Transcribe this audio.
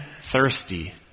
thirsty